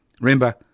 Remember